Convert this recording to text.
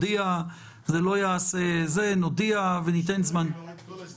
גם יזמנו את השיח עם השותפים שלנו.